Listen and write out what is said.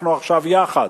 אנחנו עכשיו יחד,